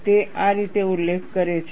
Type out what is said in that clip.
તે આ રીતે ઉલ્લેખ કરે છે